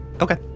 okay